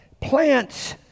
Plants